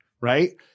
right